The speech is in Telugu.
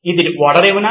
ఇది ఓడరేవునా